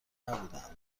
نبودهاند